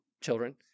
children